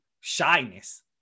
shyness